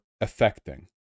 affecting